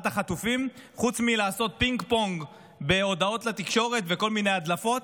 החטופים חוץ מלעשות פינג-פונג בהודעות לתקשורת וכל מיני הדלפות,